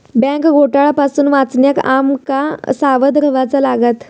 bank घोटाळा पासून वाचण्याक आम का सावध रव्हाचा लागात